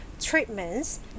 treatments